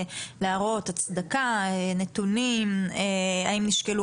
להראות הצדקה, נתונים, האם נשקלו